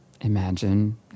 imagine